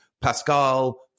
Pascal